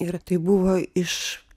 ir tai buvo iš